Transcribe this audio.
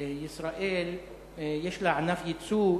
לישראל יש ענף יצוא,